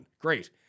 Great